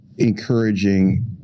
encouraging